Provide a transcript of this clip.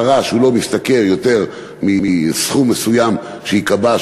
שהוא לא משתכר יותר מסכום מסוים שייקבע,